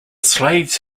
slaves